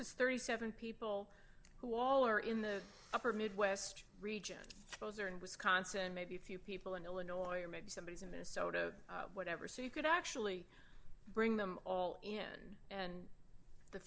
it's thirty seven people who all are in the upper midwest region those are in wisconsin maybe a few people in illinois or maybe somebody in minnesota whatever so you could actually bring them all in and the